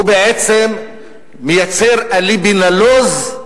הוא בעצם מייצר אליבי נלוז,